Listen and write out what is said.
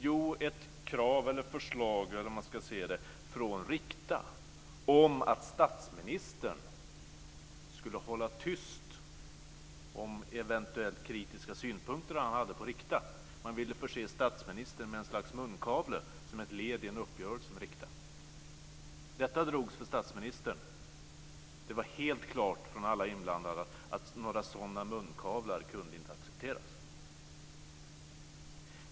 Jo, ett krav eller förslag, hur man nu ska se det, från Rikta om att statsministern skulle hålla tyst om eventuellt kritiska synpunkter han hade på Rikta. Man ville förse statsministern med en slags munkavle som ett led i en uppgörelse med Rikta. Detta drogs för statsministern. Det var helt klart för alla inblandade att några sådana munkavlar inte kunde accepteras.